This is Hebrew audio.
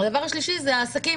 השלישי זה העסקים